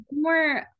more